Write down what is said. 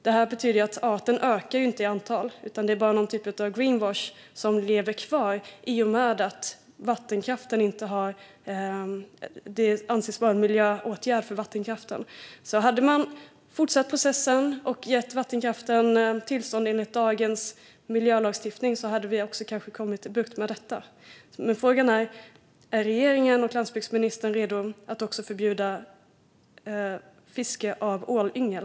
Det betyder ju att arten inte ökar i antal. Det hela är bara en typ av greenwashing som lever kvar för att det anses vara en miljöåtgärd för vattenkraften. Hade man fortsatt processen med att ge vattenkraften tillstånd enligt dagens miljölagstiftning hade vi kanske också fått bukt med detta. Men frågan är: Är regeringen och landsbygdsministern redo att också förbjuda fiske av ålyngel?